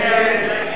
ההצעה להסיר